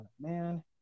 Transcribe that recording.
Man